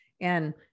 and-